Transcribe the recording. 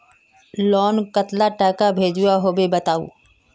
Loan कतला टाका भेजुआ होबे बताउ?